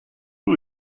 who